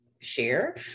Share